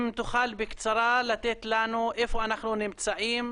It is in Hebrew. אם תוכל בקצרה לתת לנו איפה אנחנו נמצאים,